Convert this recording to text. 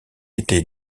été